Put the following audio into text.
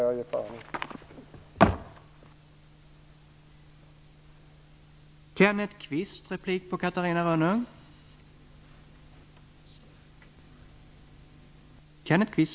Jag struntar i det här.